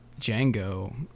Django